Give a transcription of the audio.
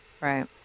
right